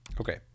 Okay